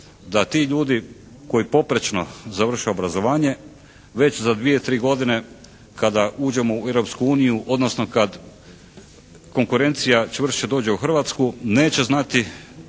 da ti ljudi koji poprečno završe obrazovanje već za 2, 3 godine kada uđemo u Europsku uniju, odnosno kad konkurencija čvršće dođe u Hrvatsku neće znati